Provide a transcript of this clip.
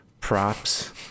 props